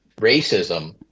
racism